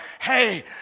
Hey